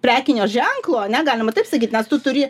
prekinio ženklo ane galima taip sakyt nes tu turi